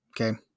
Okay